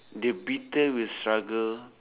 the battle will struggle